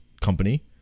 company